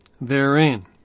therein